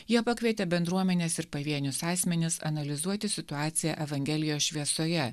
jie pakvietė bendruomenes ir pavienius asmenis analizuoti situaciją evangelijos šviesoje